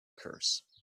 curse